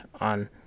on